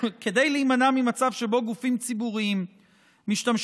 כדי להימנע ממצב שבו גופים ציבוריים משתמשים